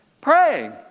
praying